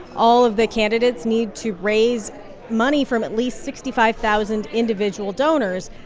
all of the candidates need to raise money from at least sixty five thousand individual donors.